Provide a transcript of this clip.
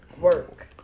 work